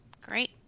great